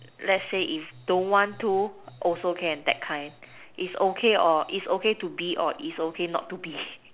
let's say if don't want to also can that kind it's okay or it's okay to be or it's okay not to be